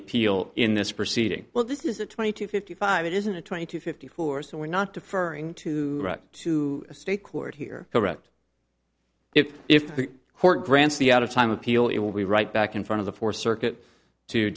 appeal in this proceeding well this is a twenty two fifty five it isn't a twenty two fifty four so we're not to furring to the right to a state court here correct if if the court grants the out of time appeal it will be right back in front of the fourth circuit to